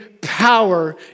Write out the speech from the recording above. power